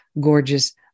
gorgeous